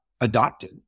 adopted